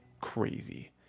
crazy